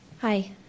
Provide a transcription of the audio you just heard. Hi